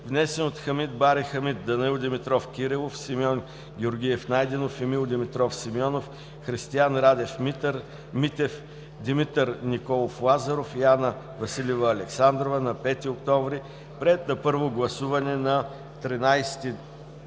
внесен от Хамид Бари Хамид, Данаил Димитров Кирилов, Симеон Георгиев Найденов, Емил Димитров Симеонов, Христиан Радев Митев, Димитър Николов Лазаров и Анна Василева Александрова на 5 октомври 2017 г., приет на първо гласуване на 13